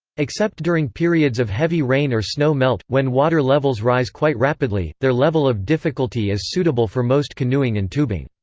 except during periods of heavy rain or snow melt when water levels rise quite rapidly their level of difficulty is suitable for most canoeing and tubing.